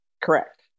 Correct